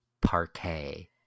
parquet